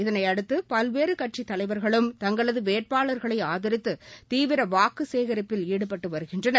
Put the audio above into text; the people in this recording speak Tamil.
இதனையடுத்து பல்வேறு கட்சித் தலைவர்களும் தங்களது வேட்பாளர்களை ஆதரித்து தீவிர வாக்கு சேகரிப்பில் ஈடுபட்டு வருகின்றனர்